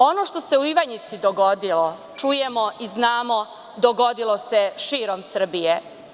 Ono što se u Ivanjici dogodilo čujemo i znamo, dogodilo se širom Srbije.